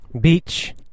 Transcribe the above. beach